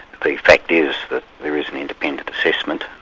the fact is that there is an independent assessment.